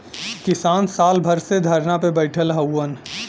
किसान साल भर से धरना पे बैठल हउवन